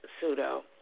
pseudo